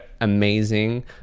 amazing